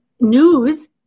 news